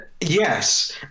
Yes